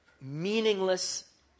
meaningless